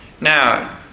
Now